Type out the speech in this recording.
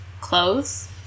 clothes